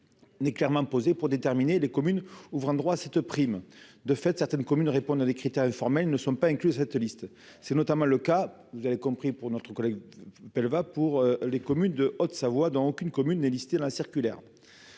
n'est clairement posé pour déterminer les communes ouvrant droit à cette prime, de fait, certaines communes, répondre à des critères formels ne sont pas inclus cette liste, c'est notamment le cas, vous avez compris pour notre collègue, elle va pour les communes de Haute-Savoie dans aucune commune les lister la circulaire,